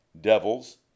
devils